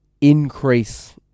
increase